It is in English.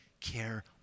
care